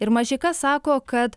ir mažeika sako kad